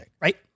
right